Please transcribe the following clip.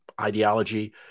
ideology